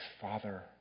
father